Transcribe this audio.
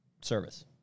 service